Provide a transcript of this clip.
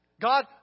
God